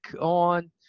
on